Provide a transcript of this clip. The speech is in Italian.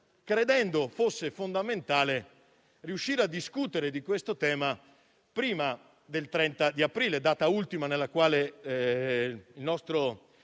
credendo fosse fondamentale riuscire a discutere di questo tema prima del 30 aprile, data ultima entro la quale il nostro